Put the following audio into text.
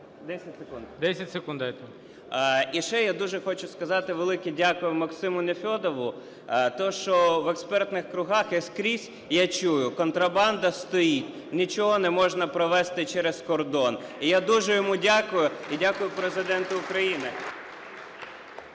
10 секунд дайте. УСТЕНКО О.О. І ще я дуже хочу сказати велике дякую Максиму Нефьодову, те, що в експертних кругах і скрізь я чую: контрабанда стоїть, нічого не можна провести через кордон. І я дуже йому дякую і дякую Президенту України.